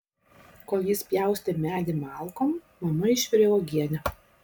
kol jis pjaustė medį malkom mama išvirė uogienę